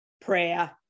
prayer